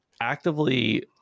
actively